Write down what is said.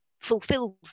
fulfills